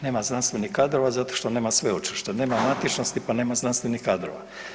Nema znanstvenih kadrova zato što nema sveučilišta, nema matičnosti, pa nema znanstvenih kadrova.